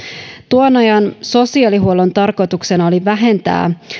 tuon ajan sosiaalihuollon tarkoituksena oli vähentää